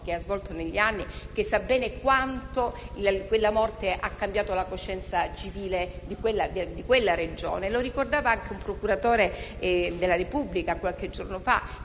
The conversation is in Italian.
ruolo svolto negli anni, sa bene quanto quelle morti abbiano cambiato la coscienza civile di quella Regione. Lo ricordava anche un procuratore della Repubblica, qualche giorno fa,